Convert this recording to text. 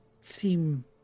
seem